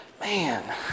Man